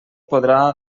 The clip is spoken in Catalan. podrà